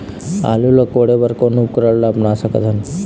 आलू ला कोड़े बर कोन उपकरण ला अपना सकथन?